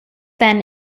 then